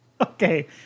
Okay